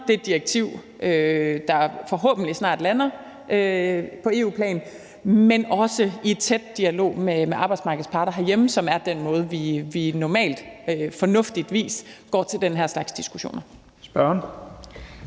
kender det direktiv, der forhåbentlig snart lander på EU-plan, men også i en tæt dialog med arbejdsmarkedets parter herhjemme, som er den måde, vi normalt fornuftigvis går til den her slags diskussioner